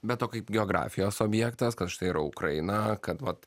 be to kaip geografijos objektas kad štai yra ukraina kad vat